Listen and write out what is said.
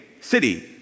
city